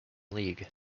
league